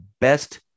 best